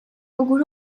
pokud